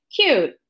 cute